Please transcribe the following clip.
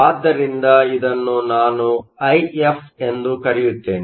ಆದ್ದರಿಂದ ಇದನ್ನು ನಾನು ಐಎಫ್ ಎಂದು ಕರೆಯುತ್ತೇನೆ